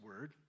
Word